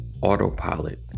autopilot